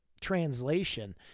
translation